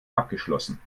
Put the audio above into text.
abgeschlossen